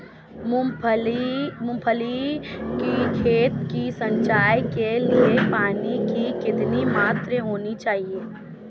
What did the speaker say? मूंगफली की खेती की सिंचाई के लिए पानी की कितनी मात्रा होनी चाहिए?